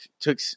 took